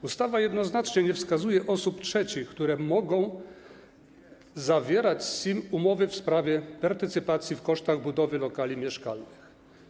Ustawa jednoznacznie nie wskazuje osób trzecich, które mogą zawierać z SIM umowy w sprawie partycypacji w kosztach budowy lokali mieszkalnych.